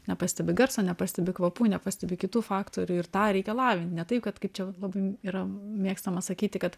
nepastebi garso nepastebi kvapų nepastebi kitų faktorių ir tą reikia lavint ne taip kad kaip čia labai yra mėgstama sakyti kad